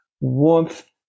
warmth